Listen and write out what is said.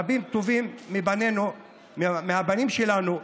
רבים וטובים מהבנים שלנו,